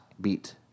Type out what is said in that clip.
beat